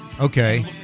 Okay